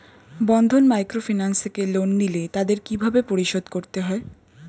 বন্ধন microfinance থেকে loan নিলে তাদের কিভাবে পরিশোধ করতে হয়?